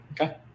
Okay